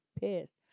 pissed